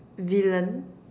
villain